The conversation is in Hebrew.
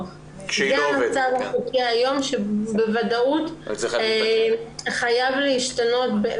בגלל המצב החוקי היום שבוודאות חייב להשתנות,